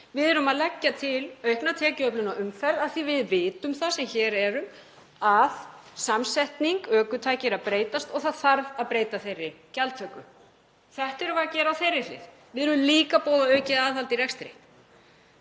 Við erum að leggja til aukna tekjuöflun á umferð af því að við vitum það sem hér erum að samsetning ökutækja er að breytast og það þarf að breyta þeirri gjaldtöku. Þetta erum við að gera á þeirri hlið. Við erum líka að boða aukið aðhald í rekstri.